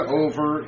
over